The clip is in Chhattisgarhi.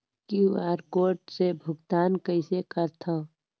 क्यू.आर कोड से भुगतान कइसे करथव?